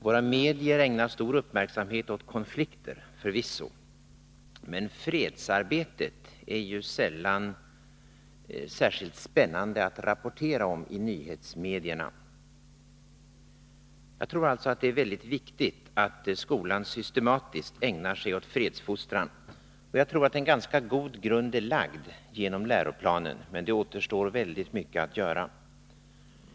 Våra massmedier ägnar förvisso stor uppmärksamhet åt konflikter, men fredsarbetet är sällan särskilt spännande att rapportera om i nyhetsmedierna. Det är alltså väldigt viktigt att skolan systematiskt ägnar sig åt fredsfostran. Jag tror att en ganska god grund är lagd genom läroplanen, men det återstår väldigt mycket att göra.